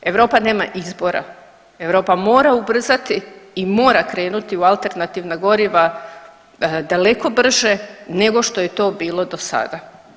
Europa nema izbora, Europa mora ubrzati i mora krenuti u alternativna goriva daleko brže nego što je to bilo do sada.